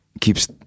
keeps